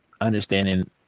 Understanding